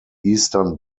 eastern